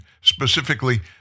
specifically